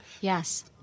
Yes